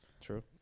true